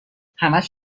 همش